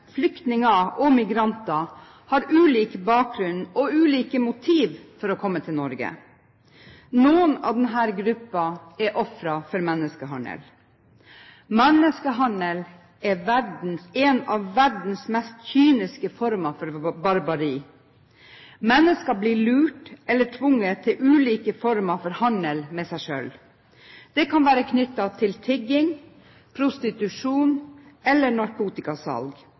og migranter har ulik bakgrunn og ulike motiv for å komme til Norge. Noen i denne gruppen er ofre for menneskehandel. Menneskehandel er en av verdens mest kyniske former for barbari. Mennesker blir lurt eller tvunget til ulike former for handel med seg selv. Det kan være knyttet til tigging, prostitusjon eller narkotikasalg.